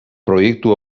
proiektu